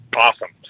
awesome